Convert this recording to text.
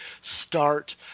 start